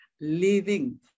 living